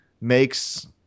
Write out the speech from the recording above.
makes